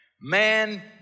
Man